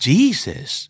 Jesus